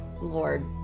Lord